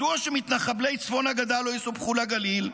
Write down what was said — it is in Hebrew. מדוע שמתנחבלי צפון הגדה לא יסופחו לגליל?